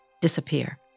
disappear